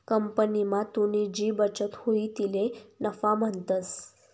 कंपनीमा तुनी जी बचत हुई तिले नफा म्हणतंस